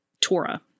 Torah